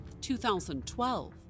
2012